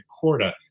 Corda